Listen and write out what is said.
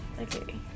Okay